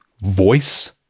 voice